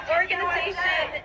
organization